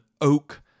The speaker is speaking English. oak